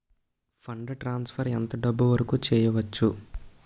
Fund transfer ఎంత డబ్బు వరుకు చేయవచ్చు?